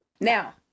Now